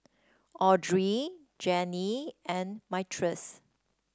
Audrey Janene and Myrtice